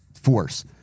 force